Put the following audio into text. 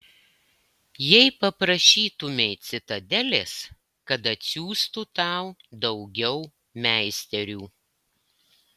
jei paprašytumei citadelės kad atsiųstų tau daugiau meisterių